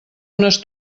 unes